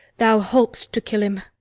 thou holp'st to kill him.